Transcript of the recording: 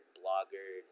blogger